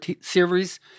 series